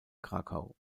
krakau